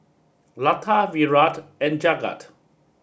Lata Virat and Jagat